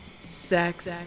Sex